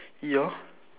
your